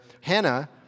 Hannah